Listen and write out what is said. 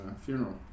funeral